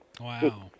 Wow